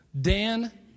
Dan